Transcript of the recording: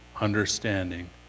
understanding